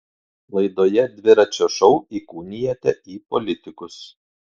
laidoje dviračio šou įkūnijate į politikus